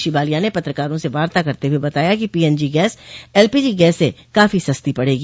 श्री बालियान ने पत्रकारों से वार्ता करते हुए बताया कि पीएनजी गैस एलपीजी गैस से काफी सस्ती पड़ेगी